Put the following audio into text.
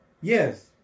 Yes